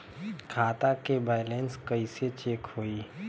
खता के बैलेंस कइसे चेक होई?